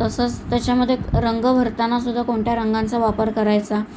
तसंच त्याच्यामध्ये रंग भरतानासुद्धाधा कोणत्या रंगांचा वापर करायचा